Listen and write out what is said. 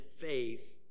faith